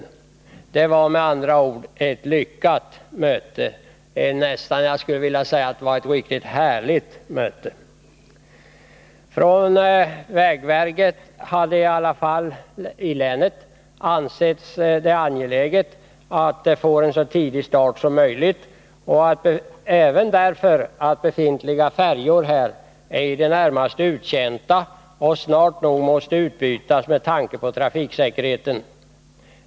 Det var med andra ord ett lyckat möte — jag skulle vilja säga att det var ett riktigt härligt möte. Från vägverket har det ansetts angeläget att starten sker så tidigt som möjligt, även därför att befintliga färjor är i det närmaste uttjänta och snart nog måste bytas ut med tanke på trafiksäkerheten.